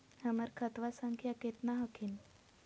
हमर खतवा संख्या केतना हखिन?